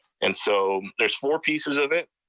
and so there's four pieces of it.